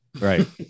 right